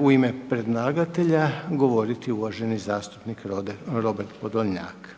u ime predlagatelja govoriti uvaženi zastupnik Robert Podolnjak.